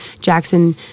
Jackson